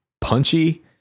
punchy